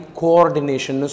coordination